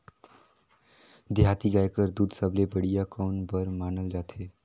देहाती गाय कर दूध सबले बढ़िया कौन बर मानल जाथे?